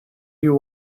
you